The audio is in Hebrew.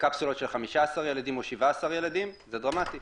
לקפסולות של 15 ילדים או 17 ילדים זה דרמטי.